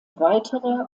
weiterer